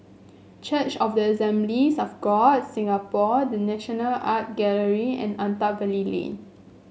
Church of the Assemblies of God of Singapore The National Art Gallery and Attap Valley Lane